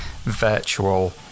virtual